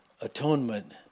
atonement